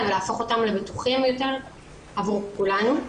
ולהפוך אותם לבטוחים יותר עבור כולנו.